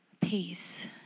peace